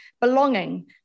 belonging